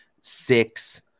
six